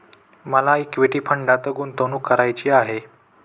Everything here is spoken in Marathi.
मला इक्विटी फंडात गुंतवणूक करायची आहे